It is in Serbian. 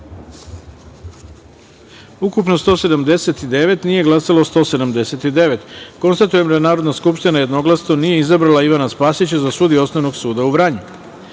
ukupno – 179, nije glasalo 179.Konstatujem da Narodna skupština jednoglasno nije izabrala Ivana Spasića za sudiju Osnovnog suda u Vranju.5.